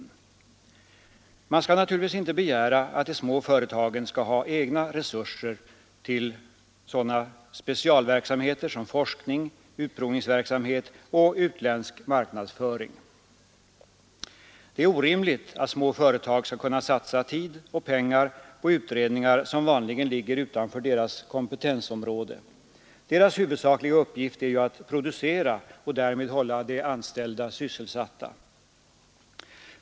Nr 17 Man skall naturligtvis inte begära att de små företagen skall ha egna Fredagen den resurser till sådana specialiteter som forskning, utprovningsverksamhet 2 februari 1973 och utländsk marknadsföring. Det är orimligt att små företag skall kunna satsa tid och pengar på utredningar som vanligen ligger utanför deras Allmänpolitisk kompetensområde. Deras huvudsakliga uppgift är ju att producera och debatt därmed hålla de anställda sysselsatta.